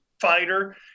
fighter